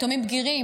יתומים בגירים,